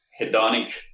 hedonic